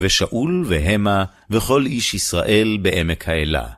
ושאול והמה, וכל איש ישראל בעמק האלה.